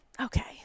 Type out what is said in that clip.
okay